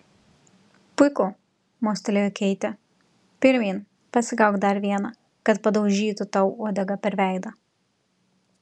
puiku mostelėjo keitė pirmyn pasigauk dar vieną kad padaužytų tau uodega per veidą